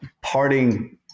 parting